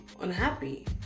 unhappy